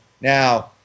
Now